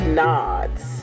nods